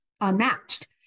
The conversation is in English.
unmatched